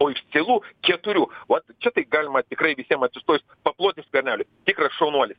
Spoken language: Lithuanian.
o iš cielų keturių vat čia tai galima tikrai visiem atsistojus paploti skverneliui tikras šaunuolis